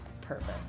Perfect